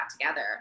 together